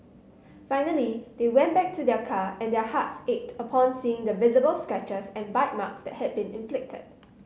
finally they went back to their car and their hearts ached upon seeing the visible scratches and bite marks that had been inflicted